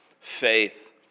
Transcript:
faith